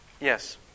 Yes